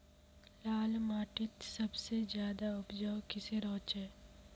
लाल माटित सबसे ज्यादा उपजाऊ किसेर होचए?